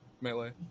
Melee